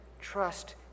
trust